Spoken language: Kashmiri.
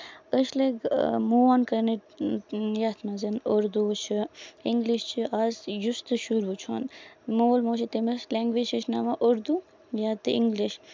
أسۍ لٔگۍ مون کرنہِ یتھ منٛزن اردوٗ چھُ اِنگلِش چھُ آز یُس تہِ شُر وٕچھ وون مول موج چھُ تٔمِس لینگویج ہٮ۪چھناوان اردوٗ یا تہِ اِنگلِش